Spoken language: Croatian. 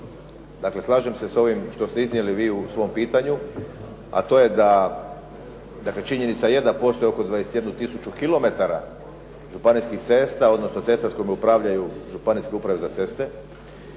Dakle, slažem se s ovime što ste iznijeli vi u svom pitanju a to je, dakle činjenica je da postoji oko 21 tisuću kilometara županijskih cesta odnosno cesta s kojima upravljaju županijske uprave za ceste.